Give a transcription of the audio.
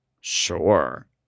Sure